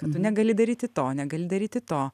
tu negali daryti to negali daryti to